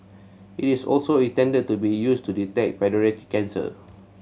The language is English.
it is also intended to be used to detect paediatric cancer